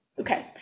okay